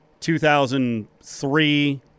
2003